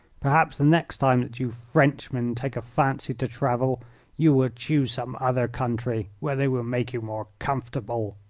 perhaps the next time that you frenchmen take a fancy to travel you will choose some other country where they will make you more comfortable.